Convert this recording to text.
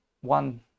one